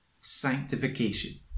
Sanctification